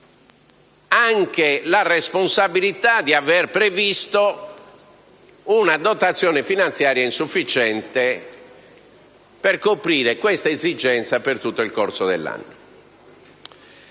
anche la responsabilità di aver previsto una dotazione finanziaria insufficiente per coprire questa esigenza per tutto il corso dell'anno.